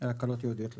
הקלות ייעודיות לתעשייה.